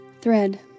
Thread